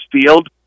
Field